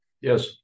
Yes